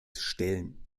stellen